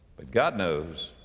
but god knows.